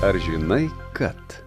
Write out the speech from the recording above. ar žinai kad